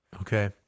Okay